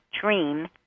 dream